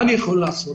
מה אני יכול לעשות?